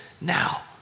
now